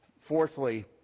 fourthly